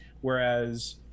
whereas